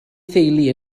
theulu